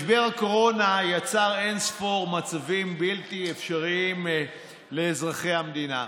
משבר הקורונה יצר אין-ספור מצבים בלתי אפשריים לאזרחי המדינה,